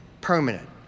permanent